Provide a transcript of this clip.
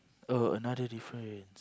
oh another difference